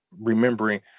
remembering